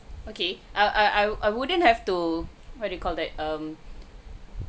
okay I I wouldn't have to what do you call that um